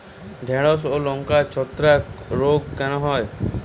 ঢ্যেড়স ও লঙ্কায় ছত্রাক রোগ কেন হয়?